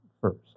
first